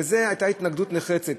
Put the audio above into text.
וזאת הייתה התנגדות נחרצת,